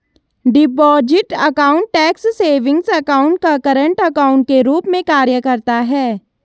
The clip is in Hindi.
deposit account tax savings account या करंट अकाउंट के रूप में कार्य करता है